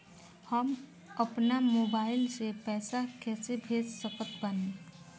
हम अपना मोबाइल से पैसा कैसे भेज सकत बानी?